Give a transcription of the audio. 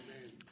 Amen